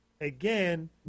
again